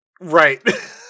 right